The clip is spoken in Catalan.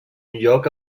lloc